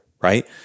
right